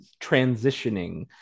transitioning